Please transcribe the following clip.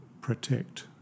protect